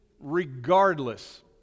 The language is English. regardless